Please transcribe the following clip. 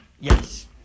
Yes